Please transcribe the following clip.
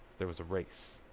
there was a race.